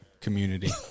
community